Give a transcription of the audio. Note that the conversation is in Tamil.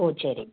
ஓ சரி